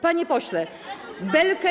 Panie pośle, belkę.